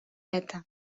это